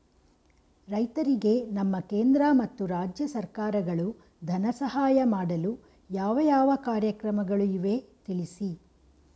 ರೈತರಿಗೆ ನಮ್ಮ ಕೇಂದ್ರ ಮತ್ತು ರಾಜ್ಯ ಸರ್ಕಾರಗಳು ಧನ ಸಹಾಯ ಮಾಡಲು ಯಾವ ಯಾವ ಕಾರ್ಯಕ್ರಮಗಳು ಇವೆ ತಿಳಿಸಿ?